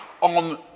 on